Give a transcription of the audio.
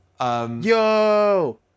Yo